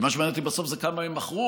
כי מה שמעניין אותי בסוף זה כמה הם מכרו.